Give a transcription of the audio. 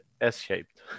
S-shaped